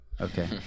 Okay